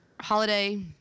Holiday